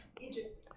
Egypt